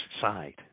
side